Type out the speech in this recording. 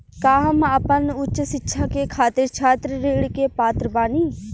का हम आपन उच्च शिक्षा के खातिर छात्र ऋण के पात्र बानी?